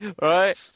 Right